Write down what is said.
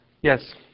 Yes